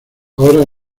ahora